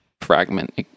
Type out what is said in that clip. fragment